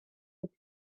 быть